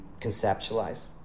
conceptualize